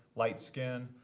light skin,